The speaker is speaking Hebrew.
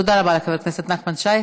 תודה רבה לחבר הכנסת נחמן שי.